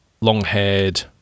long-haired